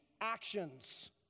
actions